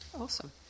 Awesome